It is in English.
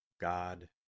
God